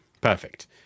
Perfect